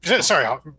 sorry